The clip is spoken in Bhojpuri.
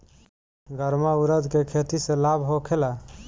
गर्मा उरद के खेती से लाभ होखे ला?